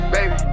Baby